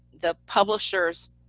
the publishers